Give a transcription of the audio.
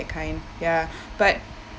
that kind ya but